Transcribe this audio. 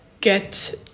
get